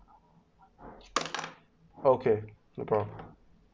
okay no problem